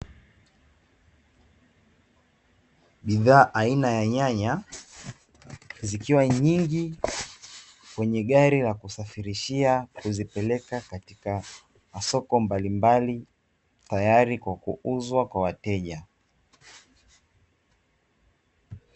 Bidhaa aina ya nyanya zikiwa nyingi kwenye gari ya kusafirishia na kuzipeleka katika masoko mbalimbali, tayari kwa kuuzwa kwa wateja.